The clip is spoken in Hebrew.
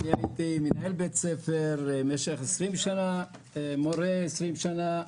אני הייתי מנהל בית ספר במשך 20 שנה, מורה 20 שנה.